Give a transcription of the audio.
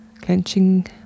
clenching